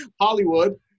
Hollywood